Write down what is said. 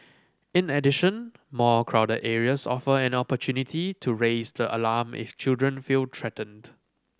in addition more crowded areas offer an opportunity to raise the alarm if children feel threatened